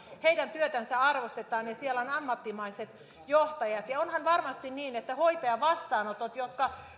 työtä arvostetaan ja siellä on ammattimaiset johtajat ja onhan varmasti niin että myöskin hoitajavastaanotot jotka